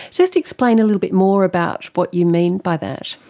just explain a little bit more about what you mean by that.